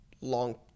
long